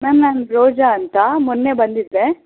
ma'am ನಾನು ರೋಜಾ ಅಂತ ಮೊನ್ನೆ ಬಂದಿದ್ದೆ